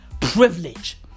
privilege